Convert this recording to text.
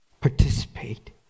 participate